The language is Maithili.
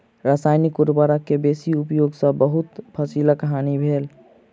रसायनिक उर्वरक के बेसी उपयोग सॅ बहुत फसीलक हानि भेल